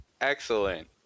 Excellent